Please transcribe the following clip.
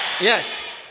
Yes